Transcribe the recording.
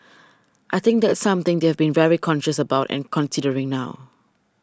I think that's something they've very conscious about and considering now